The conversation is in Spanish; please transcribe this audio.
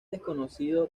desconocido